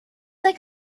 like